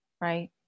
Right